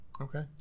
Okay